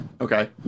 okay